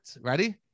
Ready